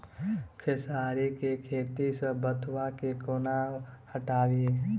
खेसारी केँ खेत सऽ बथुआ केँ कोना हटाबी